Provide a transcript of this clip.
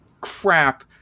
crap